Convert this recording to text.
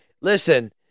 Listen